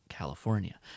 California